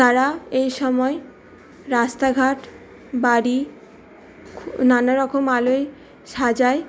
তারা এই সময় রাস্তাঘাট বাড়ি নানা রকম আলোয় সাজায়